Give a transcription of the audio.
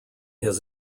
his